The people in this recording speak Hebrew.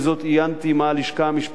עיינתי מה הלשכה המשפטית אומרת,